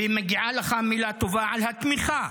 ומגיעה לך מילה טובה על התמיכה